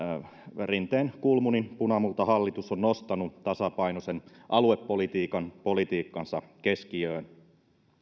rinteen kulmunin punamultahallitus on nostanut tasapainoisen aluepolitiikan politiikkansa keskiöön